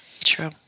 true